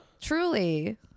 Truly